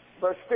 Verse